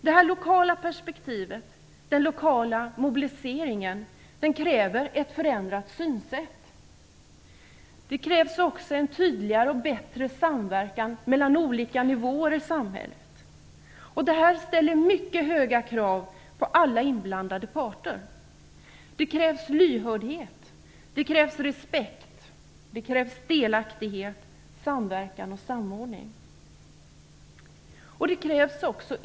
Det lokala perspektivet, den lokala mobiliseringen, kräver ett förändrat synsätt. Det krävs också en tydligare och bättre samverkan mellan olika nivåer i samhället. Detta ställer mycket höga krav på alla inblandade parter. Det krävs lyhördhet, respekt, delaktighet, samverkan och samordning.